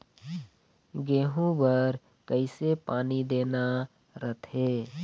गेहूं बर कइसे पानी देना रथे?